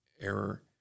error